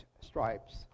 stripes